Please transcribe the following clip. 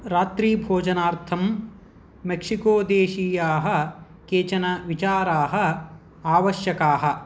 रात्रिभोजनार्थं मेक्सिकोदेशीयाः केचन विचाराः आवश्यकाः